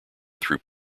through